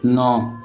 ନଅ